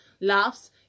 Laughs